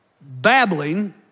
babbling